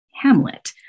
Hamlet